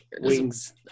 Wings